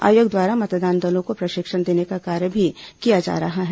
आयोग द्वारा मतदान दलों को प्रशिक्षण देने का कार्य भी किया जा रहा है